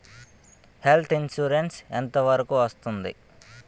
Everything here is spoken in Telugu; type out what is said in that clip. హెల్త్ ఇన్సురెన్స్ ఎంత వరకు వస్తుంది?